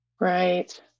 right